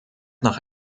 nach